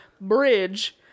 bridge